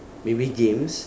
maybe games